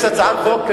יש הצעת חוק,